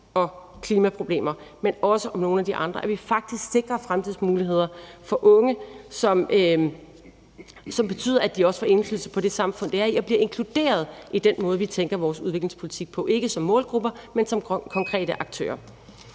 og klimaproblemer, men også er nogle andre ting, faktisk er at sikre nogle fremtidsmuligheder for unge, som betyder, at de også får indflydelse på det samfund, de er i, og bliver inkluderet i den måde, vi tænker vores udviklingspolitik på, ikke som målgrupper, men som konkrete aktører.